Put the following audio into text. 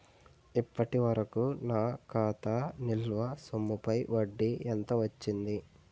ఇప్పటి వరకూ నా ఖాతా నిల్వ సొమ్ముపై వడ్డీ ఎంత వచ్చింది?